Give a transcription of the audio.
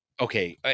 Okay